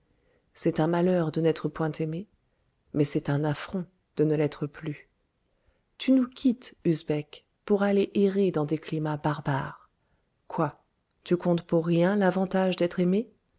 c'est un malheur de n'être point aimée mais c'est un affront de ne l'être plus tu nous quittes usbek pour aller errer dans des climats barbares quoi tu comptes pour rien l'avantage d'être aimé